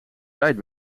tijd